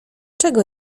czego